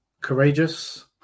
courageous